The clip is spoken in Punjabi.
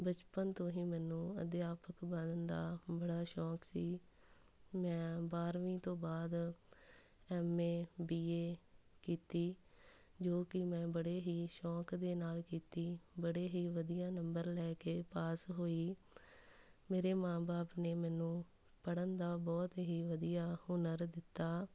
ਬਚਪਨ ਤੋਂ ਹੀ ਮੈਨੂੰ ਅਧਿਆਪਕ ਬਣਨ ਦਾ ਬੜਾ ਸ਼ੌਕ ਸੀ ਮੈਂ ਬਾਰਵੀਂ ਤੋਂ ਬਾਅਦ ਐੱਮ ਏ ਬੀ ਏ ਕੀਤੀ ਜੋ ਕਿ ਮੈਂ ਬੜੇ ਹੀ ਸ਼ੌਕ ਦੇ ਨਾਲ਼ ਕੀਤੀ ਬੜੇ ਹੀ ਵਧੀਆ ਨੰਬਰ ਲੈ ਕੇ ਪਾਸ ਹੋਈ ਮੇਰੇ ਮਾਂ ਬਾਪ ਨੇ ਮੈਨੂੰ ਪੜ੍ਹਨ ਦਾ ਬਹੁਤ ਹੀ ਵਧੀਆ ਹੁਨਰ ਦਿੱਤਾ